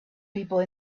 people